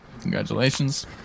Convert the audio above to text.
congratulations